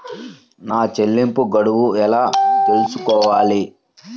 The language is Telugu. నా చెల్లింపు గడువు ఎలా తెలుసుకోవాలి?